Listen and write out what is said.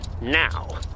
Now